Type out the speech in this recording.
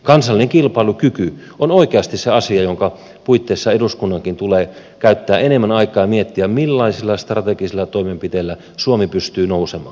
kansallinen kilpailukyky on oikeasti se asia jonka puitteissa eduskunnankin tulee käyttää enemmän aikaa ja miettiä millaisilla strategisilla toimenpiteillä suomi pystyy nousemaan